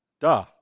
duh